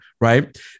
right